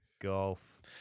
Golf